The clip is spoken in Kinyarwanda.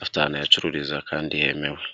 afite ahantu ayacururiza kandi hemewe.